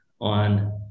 on